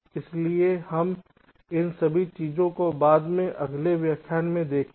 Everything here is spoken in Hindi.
इसलिए हम इन सभी चीजों को बाद में अगले व्याख्यान में देखेंगे